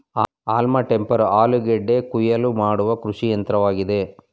haulm topper ಆಲೂಗೆಡ್ಡೆ ಕುಯಿಲು ಮಾಡುವ ಕೃಷಿಯಂತ್ರವಾಗಿದೆ